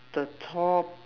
the top